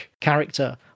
character